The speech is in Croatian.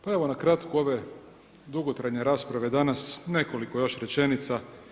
Pa evo na kratko ove dugotrajne rasprave danas, nekoliko još rečenica.